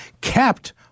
kept